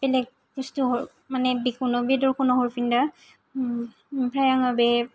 बेलेक बुस्थु मानि बेखौनो बेदरखौ हरफिनदो अमफ्राय आङो बे